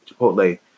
Chipotle